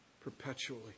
perpetually